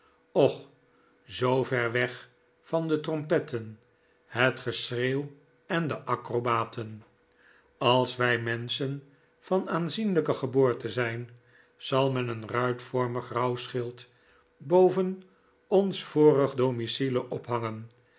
och zoo ver weg van de trompetten het geschreeuw en de acrobaten als wij menschen van aanzienlijke geboorte zijn zal men een ruitvormig rouwschild boven ons vorig domicilie ophangen